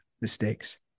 mistakes